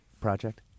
project